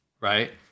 right